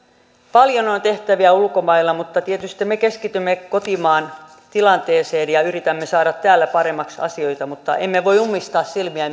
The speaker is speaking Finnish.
paljon on tehtäviä ulkomailla tietysti me keskitymme kotimaan tilanteeseen ja yritämme saada täällä paremmaksi asioita mutta emme voi ummistaa silmiä